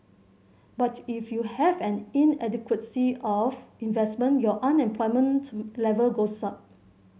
but if you have an inadequacy of investment your unemployment level goes up